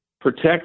protect